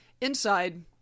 Inside